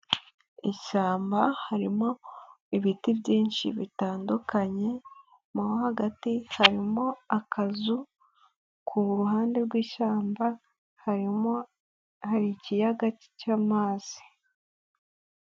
Ishyamba harimo ibiti byinshi bitandukanye, mo hagati harimo akazu, ku ruhande rw'ishyamba harimo hari ikiyaga cy'amazi.